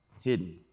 hidden